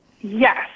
Yes